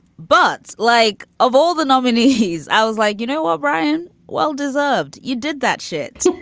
but like of all the nominees, i was like, you know, o'brien well deserved. you did that shit.